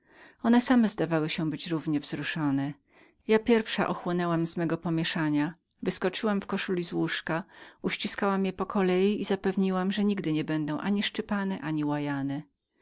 one same zdawały się być wzruszone ja pierwsza ochłonęłam z mego pomieszania wyskoczyłam z łóżka uściskałam je po kolei i zapewniłam że nigdy nie będą ani bite ani łajane